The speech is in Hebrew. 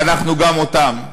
ואנחנו גם אותם,